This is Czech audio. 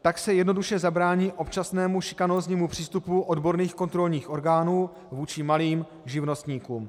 Tak se jednoduše zabrání občasnému šikanóznímu přístupu odborných kontrolních orgánů vůči malým živnostníkům.